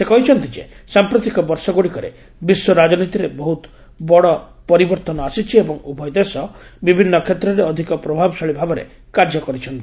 ସେ କହିଛନ୍ତି ଯେ ସାମ୍ପ୍ରତିକ ବର୍ଷଗୁଡିକରେ ବିଶ୍ୱ ରାଜନୀତିରେ ବହୁତ ବଡ ପରିବର୍ତ୍ତନ ଆସିଛି ଏବଂ ଉଭୟ ଦେଶ ବିଭିନ୍ କ୍ଷେତ୍ରରେ ଅଧିକ ପ୍ରଭାବଶାଳୀ ଭାବରେ କାର୍ଯ୍ୟ କରିଛନ୍ତି